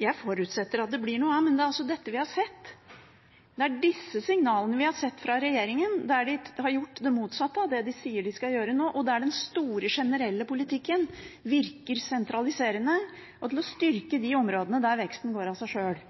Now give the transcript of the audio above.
Jeg forutsetter at det blir noe av det. Men det er altså dette vi har sett – det er disse signalene vi har sett fra regjeringen, der de har gjort det motsatte av det de sier de skal gjøre nå, og der den store, generelle politikken virker sentraliserende og styrker de områdene der veksten går av seg sjøl,